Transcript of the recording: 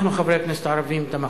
אנחנו, חברי הכנסת הערבים, תמכנו.